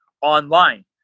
online